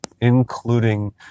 including